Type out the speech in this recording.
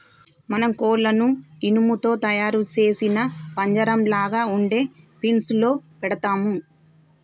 మనం కోళ్లను ఇనుము తో తయారు సేసిన పంజరంలాగ ఉండే ఫీన్స్ లో పెడతాము